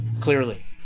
Clearly